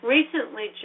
recently